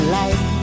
life